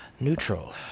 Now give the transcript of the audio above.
Neutral